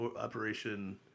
Operation